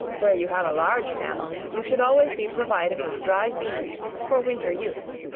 where you have a large family, you should always be provided with dried beans for winter use.